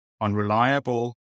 unreliable